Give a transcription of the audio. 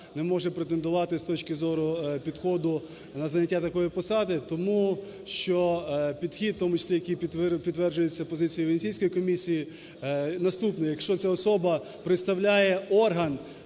не може претендувати з точки зору підходу на зайняття такої посади. Тому що підхід, в тому числі який підтверджується позицією Венеційської комісії, наступний: якщо ця особа представляє орган,